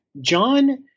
John